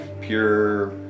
pure